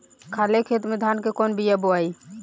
खाले खेत में धान के कौन बीया बोआई?